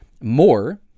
more